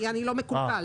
לא מקולקל.